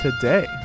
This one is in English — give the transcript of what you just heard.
today